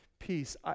peace